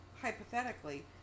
hypothetically